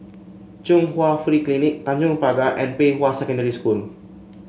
Chung Hwa Free Clinic Tanjong Pagar and Pei Hwa Secondary School